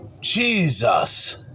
Jesus